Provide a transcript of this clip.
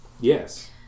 Yes